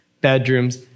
bedrooms